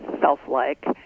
self-like